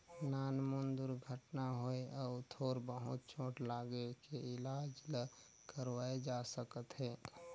नानमुन दुरघटना होए अउ थोर बहुत चोट लागे के इलाज ल करवाए जा सकत हे